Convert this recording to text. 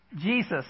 Jesus